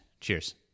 Cheers